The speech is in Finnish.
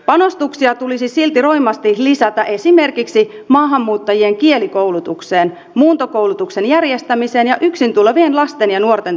panostuksia tulisi silti roimasti lisätä esimerkiksi maahanmuuttajien kielikoulutukseen muuntokoulutuksen järjestämiseen ja yksin tulevien lasten ja nuorten tukemiseen